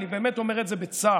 אני באמת אומר את זה בצער,